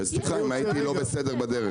אז סליחה אם לא הייתי בסדר בדרך.